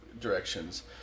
directions